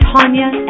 Tanya